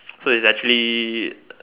so its actually